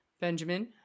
Benjamin